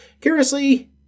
Curiously